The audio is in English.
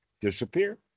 disappear